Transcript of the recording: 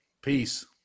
Peace